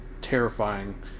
terrifying